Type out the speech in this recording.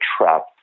trapped